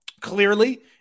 Clearly